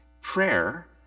Prayer